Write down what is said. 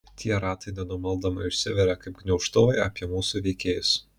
tie ratai nenumaldomai užsiveria kaip gniaužtuvai apie mūsų veikėjus